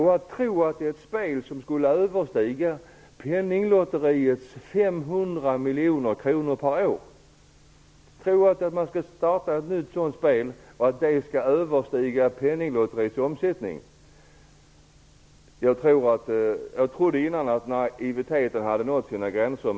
Hur kan man tro att man kan starta ett nytt spel som skulle överstiga Penninglotteriets omsättning på 500 miljoner kronor per år? Jag trodde att naiviteten hade nått sina gränser.